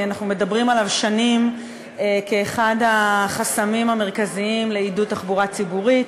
אנחנו מדברים עליו שנים כאחד החסמים המרכזיים לעידוד תחבורה ציבורית.